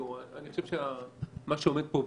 אני חושב שמה שעומד פה באמת,